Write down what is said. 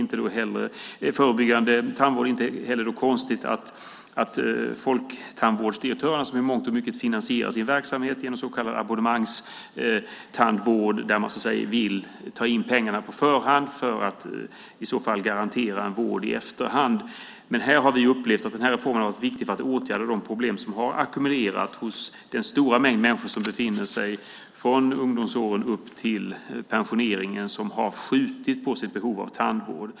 Det är då inte heller konstigt att folktandvårdsdirektören, som i mångt och mycket finansierar sin verksamhet genom så kallad abonnemangstandvård, vill ta in pengarna på förhand för att garantera en vård i efterhand. Vi har upplevt att den här reformen har varit viktig för att åtgärda de problem som har ackumulerats hos den stora mängd människor som från ungdomsåren upp till pensioneringen har skjutit på sitt behov av tandvård.